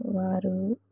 వారు